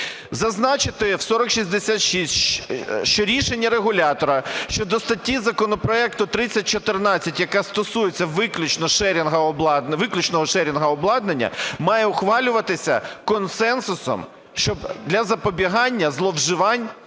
Зазначити в 4066, що рішення регулятора щодо статті законопроекту 3014, яка стосується виключно шерінга обладнання, має ухвалюватися консенсусом для запобігання зловживань